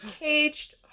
caged